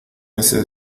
este